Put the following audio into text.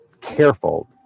careful